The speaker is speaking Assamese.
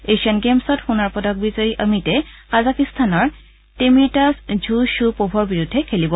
এছিয়ান গেমছত সোণৰ পদক বিজয়ী অমিতে কাজাকীস্তানৰ টেমিৰটাছ ঝু শ্বু পোভৰ বিৰুদ্ধে খেলিব